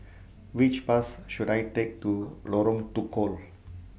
Which Bus should I Take to Lorong Tukol